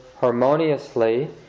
harmoniously